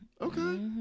okay